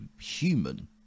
human